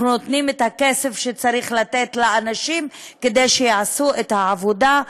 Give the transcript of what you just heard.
אנחנו נותנים את הכסף שצריך לתת לאנשים כדי שיעשו את העבודה,